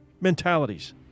mentalities